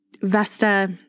Vesta